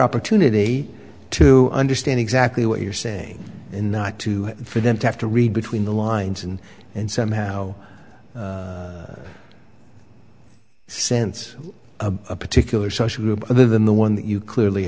opportunity to understand exactly what you're saying and not to for them to have to read between the lines and and somehow sense a particular social group other than the one that you clearly